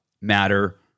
matter